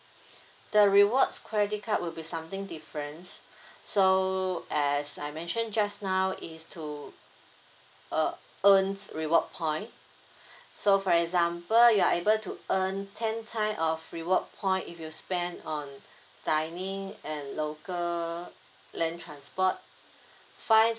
the rewards credit card will be something different so as I mentioned just now it's to uh earns reward point so for example you're able to earn ten time of reward point if you spend on dining and local land transport five